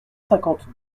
cinquante